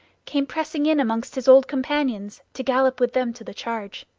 came pressing in among his old companions, to gallop with them to the charge.